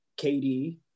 KD